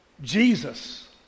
Jesus